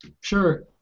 Sure